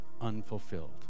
unfulfilled